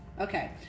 okay